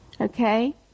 Okay